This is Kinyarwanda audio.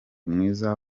mwiza